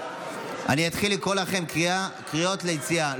אני אתחיל לקרוא אתכם קריאות ליציאה.